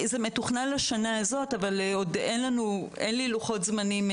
זה מתוכנן לשנה הזאת אבל עוד אין לנו לוחות זמנים.